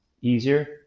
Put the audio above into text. easier